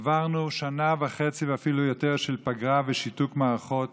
עברנו שנה וחצי ואפילו יותר של פגרה ושיתוק מערכות